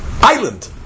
island